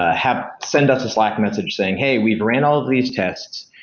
ah have sent us a slack message saying, hey, we've ran all of these tests.